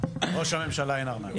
לראש הממשלה אין ארנק.